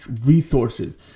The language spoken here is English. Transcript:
resources